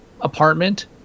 apartment